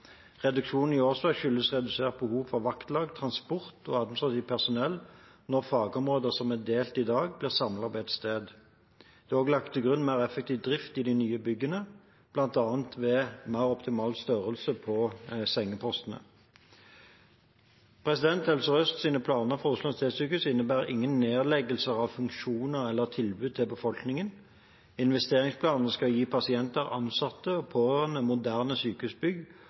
Reduksjonen i årsverk skyldes redusert behov for vaktlag, transport og administrativt personell når fagområder som er delt i dag, blir samlet på ett sted. Det er også lagt til grunn en mer effektiv drift i de nye byggene, bl.a. ved en mer optimal størrelse på sengepostene. Helse Sør-Østs planer for Oslo universitetssykehus innebærer ingen nedleggelse av funksjoner eller tilbud til befolkningen. Investeringsplanene skal gi pasienter, ansatte og pårørende moderne sykehusbygg